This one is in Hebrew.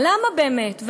למה באמת?